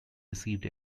received